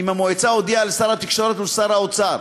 אם המועצה הודיעה לשר התקשורת ולשר האוצר,